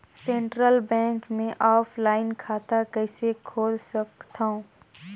Central bank मे offline खाता कइसे खोल सकथव?